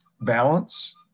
balance